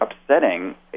upsetting